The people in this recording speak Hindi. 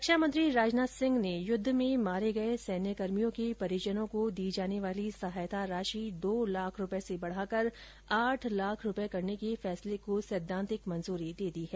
रक्षामंत्री राजनाथ सिंह ने युद्ध में मारे गए सैन्यकर्भियों के परिजनों को दी जाने वाली सहायता राशि दो लाख से बढ़ाकर आठ लाख रूपये करने के फैसले को सैद्वांतिक मंजूरी दे दी है